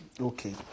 Okay